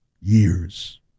years